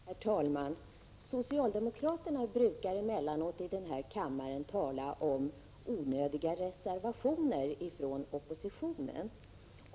Herr talman! Socialdemokraterna brukar emellanåt i denna kammare tala om onödiga reservationer från oppositionen.